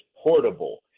portable